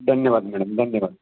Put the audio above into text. धन्यवाद मॅडम धन्यवाद